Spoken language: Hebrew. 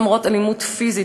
למרות אלימות פיזית,